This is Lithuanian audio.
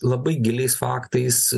labai giliais faktais